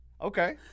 Okay